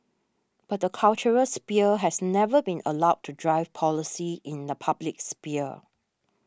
but the cultural sphere has never been allowed to drive policy in the public sphere